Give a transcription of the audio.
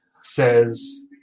says